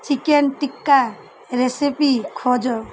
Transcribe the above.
chicken tikka recipe ଖୋଜ